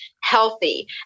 healthy